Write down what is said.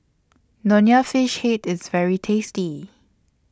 Nonya Fish Head IS very tasty